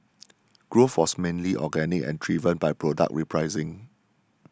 growth was mainly organic and driven by product repricing